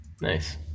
Nice